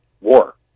war